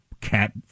cat